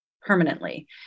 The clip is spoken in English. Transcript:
permanently